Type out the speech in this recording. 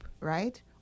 right